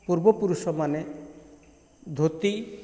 ପୂର୍ବ ପୁରୁଷ ମାନେ ଧୋତି